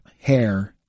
hair